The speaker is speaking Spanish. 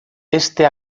este